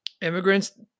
immigrants